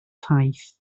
taith